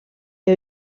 que